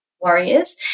warriors